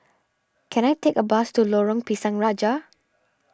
can I take a bus to Lorong Pisang Raja